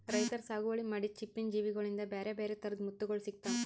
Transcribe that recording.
ರೈತರ್ ಸಾಗುವಳಿ ಮಾಡಿದ್ದ್ ಚಿಪ್ಪಿನ್ ಜೀವಿಗೋಳಿಂದ ಬ್ಯಾರೆ ಬ್ಯಾರೆ ಥರದ್ ಮುತ್ತುಗೋಳ್ ಸಿಕ್ತಾವ